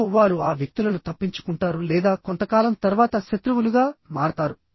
మరియు వారు ఆ వ్యక్తులను తప్పించుకుంటారు లేదా కొంతకాలం తర్వాత శత్రువులుగా మారతారు